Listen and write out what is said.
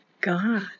God